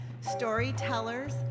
storytellers